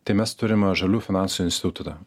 tai mes turim žalių finansų institutą